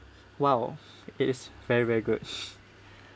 !wow! it's very very good